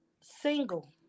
Single